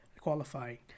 qualifying